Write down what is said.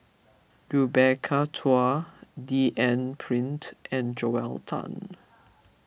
Rebecca Chua D N Pritt and Joel Tan